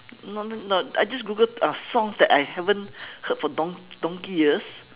not not no I just google uh songs that I haven't heard for donk~ donkey years